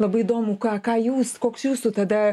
labai įdomu ką ką jūs koks jūsų tada